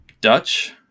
Dutch